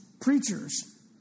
preachers